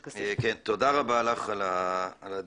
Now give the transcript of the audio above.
תודה רבה לך על הדיון,